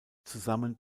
zusammen